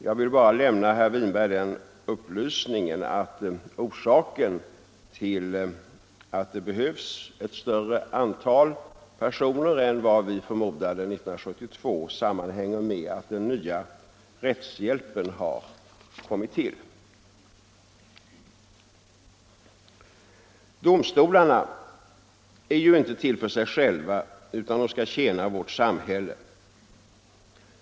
Jag vill bara lämna herr Winberg den upplysningen att orsaken till att det behövs ett större antal personer än vad vi förmodade 1972 sammanhänger med den rättshjälpsorganisation som numera tillkommit. Domstolarna är ju inte till för sig själva, utan de skall tjäna vårt samhälle.